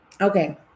Okay